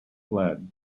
fled